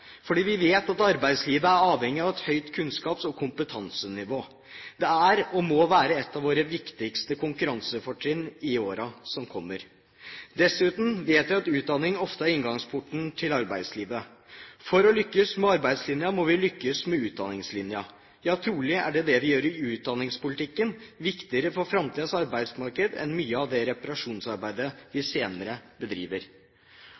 vi vet at arbeidslivet er avhengig av et høyt kunnskaps- og kompetansenivå. Det er og må være et av våre viktigste konkurransefortrinn i åra som kommer. Dessuten vet vi at utdanning ofte er inngangsporten til arbeidslivet. For å lykkes med arbeidslinja må vi lykkes med utdanningslinja. Ja, trolig er det vi gjør i utdanningspolitikken, viktigere for framtidas arbeidsmarked enn mye av det reparasjonsarbeidet